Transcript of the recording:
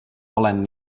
olen